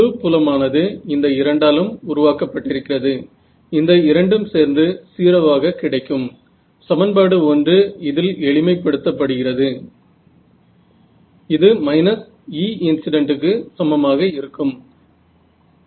5 आहे कोणाला काळजी आहे की तिथे एखादी वस्तू आहे किंवा नाही